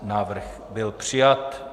Návrh byl přijat.